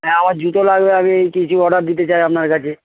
হ্যাঁ আমার জুতো লাগবে আমি কিছু অর্ডার দিতে চাই আপনার কাছে